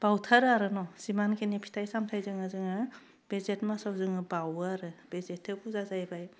बाउथारो आरो न' जिमानखिनि फिथाइ सामथाइ जोङो जोङो बे जेथ मासाव जोङो बावो आरो बे जेथो फुजा जायैबाय